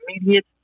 immediate